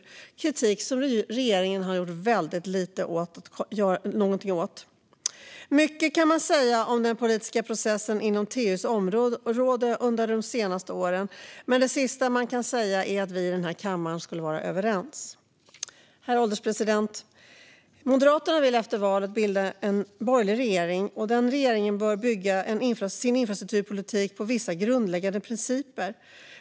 Detta är kritik som regeringen har gjort väldigt lite åt. Mycket kan man säga om den politiska processen inom TU:s område under de senaste åren, men det sista man kan säga är att vi i denna kammare skulle vara överens. Herr ålderspresident! Moderaterna vill efter valet bilda en borgerlig regering. Den regeringen bör bygga sin infrastrukturpolitik på vissa grundläggande principer.